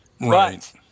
Right